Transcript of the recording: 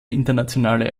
internationale